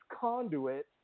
conduit